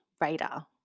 radar